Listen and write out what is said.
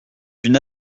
une